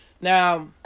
Now